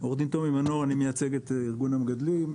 אני מייצג את ארגון המגדלים.